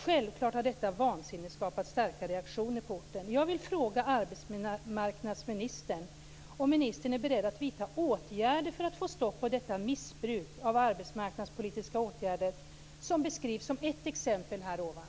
Självfallet har detta vansinne skapat starka reaktioner på orten.